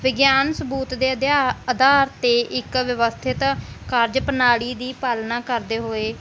ਵਿਗਿਆਨ ਸਬੂਤ ਦੇ ਅਧਿਆ ਅਧਾਰ 'ਤੇ ਇੱਕ ਵਿਵਸਥਿਤ ਕਾਰਜ ਪ੍ਰਣਾਲੀ ਦੀ ਪਾਲਣਾ ਕਰਦੇ ਹੋਏ